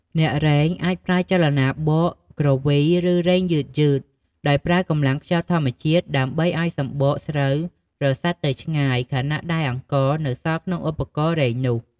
អ្នករែងអាចប្រើចលនាបក់ គ្រវី ឬរែងយឺតៗ ដោយប្រើកម្លាំងខ្យល់ធម្មជាតិដើម្បីឱ្យសម្បកស្រូវរសាត់ទៅឆ្ងាយ ខណៈដែលអង្ករនៅសល់ក្នុងឧបករណ៍រែងនោះ។